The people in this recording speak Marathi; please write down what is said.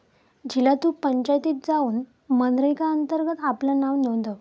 झिला तु पंचायतीत जाउन मनरेगा अंतर्गत आपला नाव नोंदव